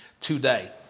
today